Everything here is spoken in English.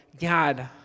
God